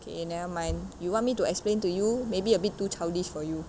okay never mind you want me to explain to you maybe a bit too childish for you